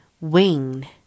wing